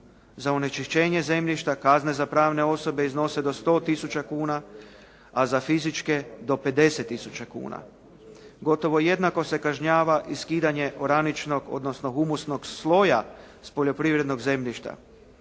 Za onečišćenje zemljišta kazne za pravne osobe iznose do 100 tisuća kuna, za fizičke do 50 tisuća kuna. Gotovo jednako se kažnjava i skidanje oraničnog, odnosno humusnog sloja s poljoprivrednog zemljišta.